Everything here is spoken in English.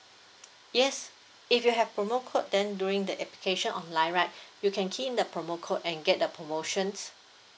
yes if you have promo code then during the application online right you can key in the promo code and get the promotions